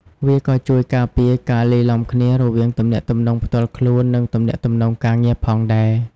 វាក៏ជួយការពារការលាយឡំគ្នារវាងទំនាក់ទំនងផ្ទាល់ខ្លួន និងទំនាក់ទំនងការងារផងដែរ។